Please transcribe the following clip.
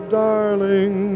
darling